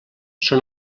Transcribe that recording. són